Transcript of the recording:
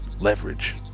leverage